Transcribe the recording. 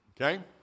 okay